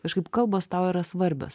kažkaip kalbos tau yra svarbios